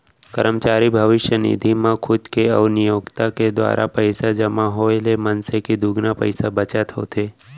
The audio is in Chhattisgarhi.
करमचारी भविस्य निधि म खुद के अउ नियोक्ता के दुवारा पइसा जमा होए ले मनसे के दुगुना पइसा बचत होथे